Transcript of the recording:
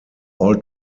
all